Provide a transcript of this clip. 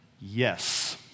Yes